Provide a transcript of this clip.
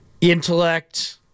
Intellect